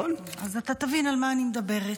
אז אתה תבין על מה אני מדברת.